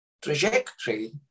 trajectory